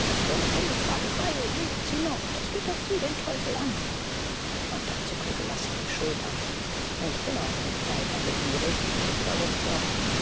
so ne dumme fragerei lebt sie noch das geht doch sie den teufel an hunter zuckte gelassen die schultern ich bin auch nicht weiter begierig